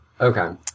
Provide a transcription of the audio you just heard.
Okay